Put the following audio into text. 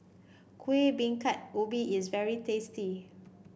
Kuih Bingka Ubi is very tasty